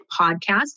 podcast